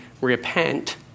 repent